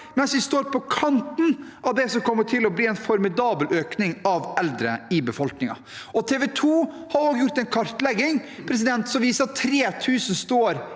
mens vi står på kanten av det som kommer til å bli en formidabel økning av eldre i befolkningen. TV 2 har gjort en kartlegging som viser at 3 000 står